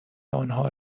آنها